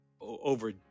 over